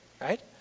right